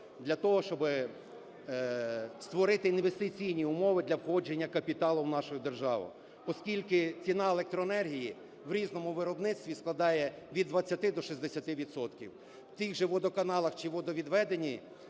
для того, щоб створити інвестиційні умови для входження капіталу в нашу державу, оскільки ціна електроенергії в різному виробництві складає від 20 до 60 відсотків. У тих же водоканалах чи водовідведенні,